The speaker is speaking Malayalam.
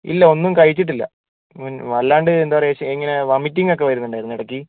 ഇല്ല ഒന്നും കഴിച്ചിട്ടില്ല വല്ലാണ്ട് എന്താ പറയുക ഇങ്ങനെ വോമിറ്റിംഗ് ഒക്കെ വരുന്നുണ്ടായിരുന്നു ഇടയ്ക്ക്